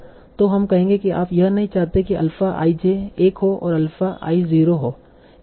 तो हम कहेंगे की आप यह नहीं चाहते कि अल्फ़ा i j एक हो और अल्फ़ा i 0 हो